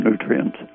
nutrients